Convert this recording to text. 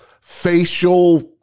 facial